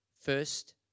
First